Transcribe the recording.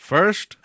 First